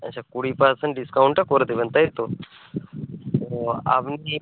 আচ্ছা কুড়ি পার্সেন্ট ডিসকাউন্টটা করে দেবেন তাই তো ও আপনি কি